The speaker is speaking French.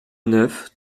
neuf